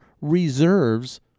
reserves